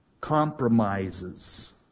compromises